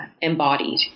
embodied